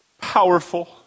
powerful